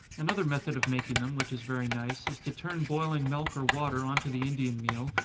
another method of making them, which is very nice, is to turn boiling milk or water on to the indian meal,